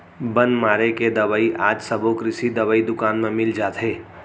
बन मारे के दवई आज सबो कृषि दवई दुकान म मिल जाथे